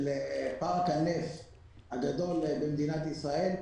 של פארק הנפט הגדול במדינת ישראל.